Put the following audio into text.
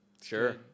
Sure